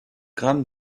grammes